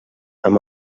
amb